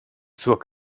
zur